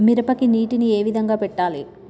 మిరపకి నీటిని ఏ విధంగా పెట్టాలి?